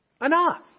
enough